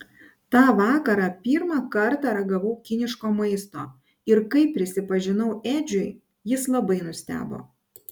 tą vakarą pirmą kartą ragavau kiniško maisto ir kai prisipažinau edžiui jis labai nustebo